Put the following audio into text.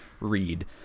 Read